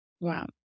Wow